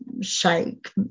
shake